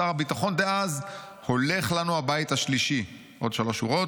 שר הביטחון דאז: 'הולך לנו הבית השלישי'." עוד שלוש שורות.